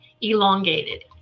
elongated